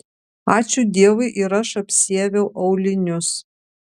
ačiū dievui ir aš apsiaviau aulinius